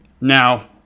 Now